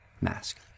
mask